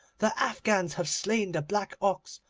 the afghans have slain the black ox,